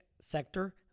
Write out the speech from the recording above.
sector